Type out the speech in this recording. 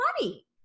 money